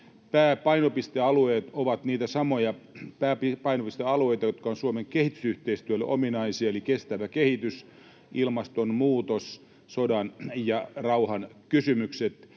Pääpainopistealueet ovat niitä samoja pääpainopistealueita, jotka ovat Suomen kehitysyhteistyölle ominaisia, eli kestävä kehitys, ilmastonmuutos, sodan ja rauhan kysymykset